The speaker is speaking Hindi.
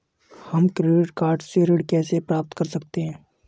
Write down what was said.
हम क्रेडिट कार्ड से ऋण कैसे प्राप्त कर सकते हैं?